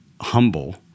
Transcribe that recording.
humble